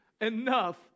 enough